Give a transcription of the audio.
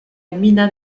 gmina